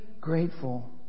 grateful